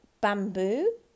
bamboo